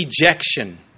rejection